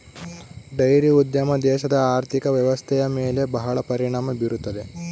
dairy ಉದ್ಯಮ ದೇಶದ ಆರ್ಥಿಕ ವ್ವ್ಯವಸ್ಥೆಯ ಮೇಲೆ ಬಹಳ ಪರಿಣಾಮ ಬೀರುತ್ತದೆ